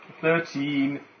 thirteen